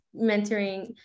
mentoring